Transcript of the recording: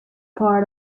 part